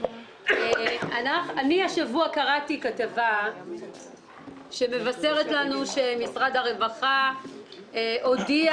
אני השבוע קראתי כתבה שמבשרת לנו שמשרד הרווחה הודיע